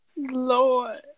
lord